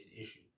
issue